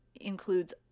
includes